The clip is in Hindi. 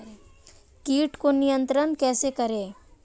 कीट को नियंत्रण कैसे करें?